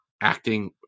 acting